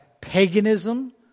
paganism